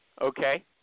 Okay